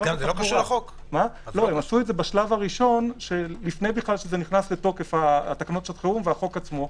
הם עשו את זה בשלב הראשון לפני שנכנס לתוקף תקנות שעת חירום והחוק עצמו,